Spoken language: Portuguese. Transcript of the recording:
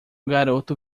garoto